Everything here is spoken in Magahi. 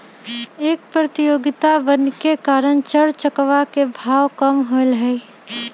कर प्रतियोगितवन के कारण चर चकवा के भाव कम होलय है